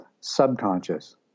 subconscious